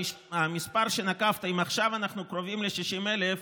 אם עכשיו אנחנו קרובים ל-60,000,